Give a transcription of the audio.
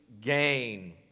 gain